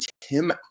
Tim